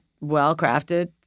well-crafted